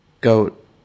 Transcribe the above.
Goat